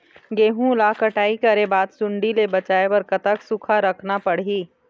गेहूं ला कटाई करे बाद सुण्डी ले बचाए बर कतक सूखा रखना पड़ही?